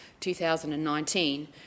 2019